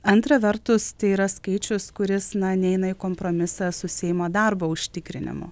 antra vertus tai yra skaičius kuris na neina į kompromisą su seimo darbo užtikrinimu